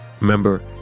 Remember